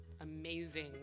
amazing